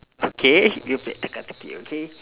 okay you play teka teki okay